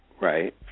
Right